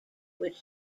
which